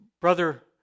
brother